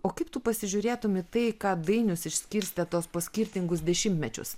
o kaip tu pasižiūrėtumei į tai ką dainius išskirstė tuos po skirtingus dešimtmečius